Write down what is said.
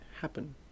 happen